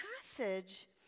passage